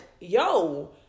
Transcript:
yo